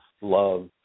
love